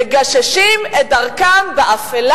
מגששים את דרכם באפלה,